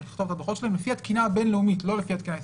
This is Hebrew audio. לכתוב את הדוחות שלהם לפי התקינה הבין-לאומית ולא לפי התקינה הישראלית.